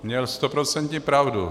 Měl stoprocentní pravdu.